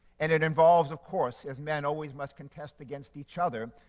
and it involves, of course, as men always must contest against each other,